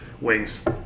Wings